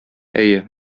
әйе